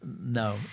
no